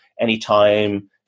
anytime